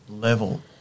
level